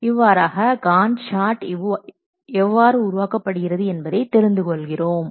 இவ்வாறாக Gantt chart எவ்வாறு உருவாக்கப்படுகிறது என்பதை தெரிந்து கொள்கிறோம்